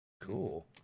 Cool